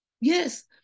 Yes